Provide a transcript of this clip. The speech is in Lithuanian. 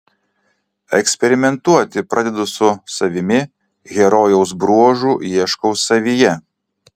eksperimentuoti pradedu su savimi herojaus bruožų ieškau savyje